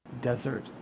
Desert